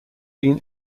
been